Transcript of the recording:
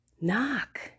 Knock